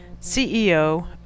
CEO